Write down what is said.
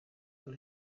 muri